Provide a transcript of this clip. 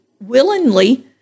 willingly